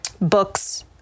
books